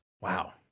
Wow